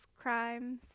crimes